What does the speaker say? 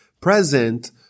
present